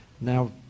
Now